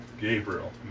Gabriel